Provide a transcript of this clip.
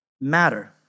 matter